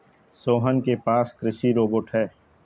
सोहन के पास कृषि रोबोट है